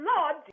Lord